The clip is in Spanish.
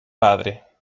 padre